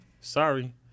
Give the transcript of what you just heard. Sorry